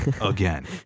again